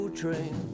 train